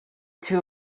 too